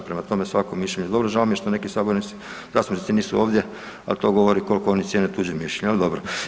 Prema tome, svako mišljenje je dobro, žao mi je što neki sabornici, zastupnici nisu ovdje, a to govori koliko oni cijene tuđe mišljenje, ali dobro.